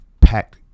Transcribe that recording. packed